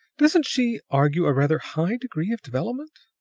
doesn't she argue a rather high degree of development?